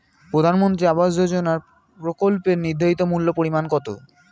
প্রধানমন্ত্রী আবাস যোজনার প্রকল্পের নির্ধারিত মূল্যে পরিমাণ কত?